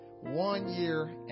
one-year